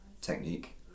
technique